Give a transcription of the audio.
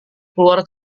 keluar